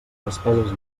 despeses